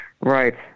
Right